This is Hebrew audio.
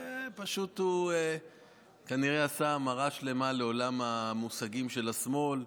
ופשוט הוא כנראה עשה המרה שלמה לעולם המושגים של השמאל.